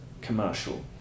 commercial